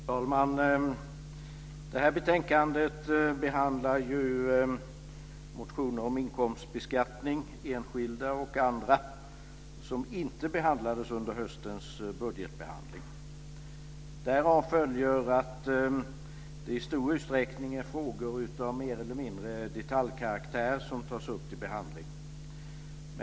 Fru talman! I det här betänkandet behandlas motioner om inkomstbeskattning - enskilda och andra - som inte behandlades under höstens budgetbehandling. Därav följer att det i stor utsträckning är frågor mer eller mindre av detaljkaraktär som tas upp till behandling.